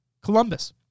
Columbus